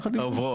עוברות.